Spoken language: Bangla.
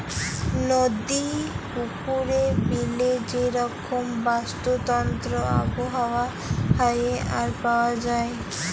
নদি, পুকুরে, বিলে যে রকম বাস্তুতন্ত্র আবহাওয়া হ্যয়ে আর পাওয়া যায়